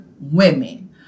women